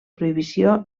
prohibició